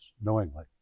knowingly